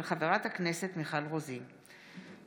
מאת חבר הכנסת מוסי רז,